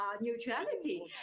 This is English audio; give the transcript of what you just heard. neutrality